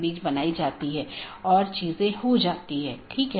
ये IBGP हैं और बहार वाले EBGP हैं